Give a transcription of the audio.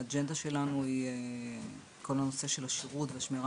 האג'נדה שלנו היא כל הנושא של השירות והשמירה